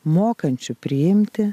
mokančiu priimti